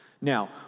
Now